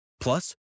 Plus